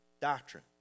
doctrine